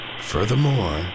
Furthermore